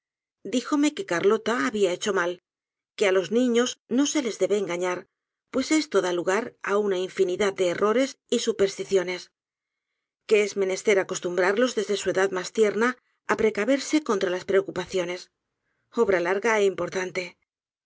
dijome que carlota habia hecho mal que á los niños no sa les debe engañar pues esto da lugar á una infinidad de errores y supersticiones que es menester acostumbrarlos desde su edad mas tierna á precaverse contra las preocupaciones obra larga é importante